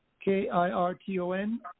K-I-R-T-O-N